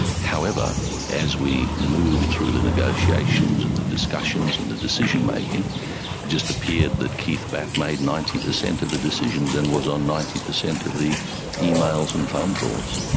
however as we moved through the negotiations and the discussions and the decision making, it just appeared that keith batt made ninety percent of the decisions and was on ninety percent of the emails and phone calls.